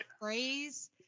phrase